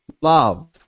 love